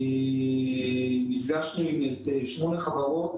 נפגשנו עם שמונה חברות